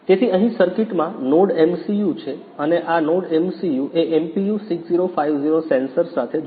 તેથી અહીં સર્કિટમાં NodeMCU છે અને આ NodeMCU એ MPU 6050 સેન્સર્સ સાથે જોડાયેલ છે